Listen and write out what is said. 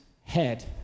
head